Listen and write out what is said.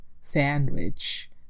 sandwich